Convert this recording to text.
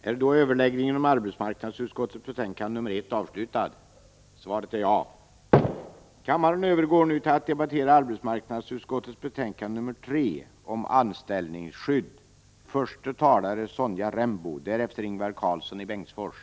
Prot. 1985/86:31 Kammaren övergår nu till att debattera arbetsmarknadsutskottets betän 20 november 1985